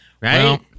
Right